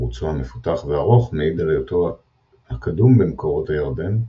ערוצו המפותח והארוך מעיד על היותו הקדום במקורות הירדן,